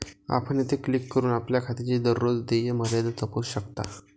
आपण येथे क्लिक करून आपल्या खात्याची दररोज देय मर्यादा तपासू शकता